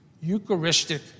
Eucharistic